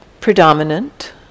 predominant